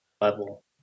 level